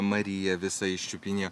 mariją visą iščiupinėjo